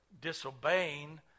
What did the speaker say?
disobeying